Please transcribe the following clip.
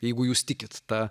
jeigu jūs tikit ta